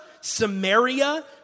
Samaria